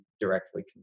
directly